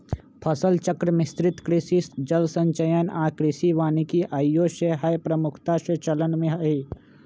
फसल चक्र, मिश्रित कृषि, जल संचयन आऽ कृषि वानिकी आइयो सेहय प्रमुखता से चलन में हइ